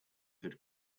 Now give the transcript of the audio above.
had